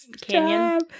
Canyon